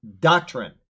doctrine